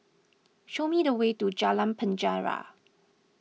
show me the way to Jalan Penjara